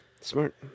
Smart